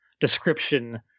description